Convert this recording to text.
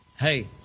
Hey